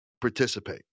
participate